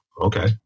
okay